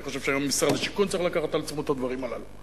אני חושב שהיום משרד השיכון צריך לקחת על עצמו את הדברים הללו.